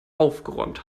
aufgeräumt